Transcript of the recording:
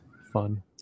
fun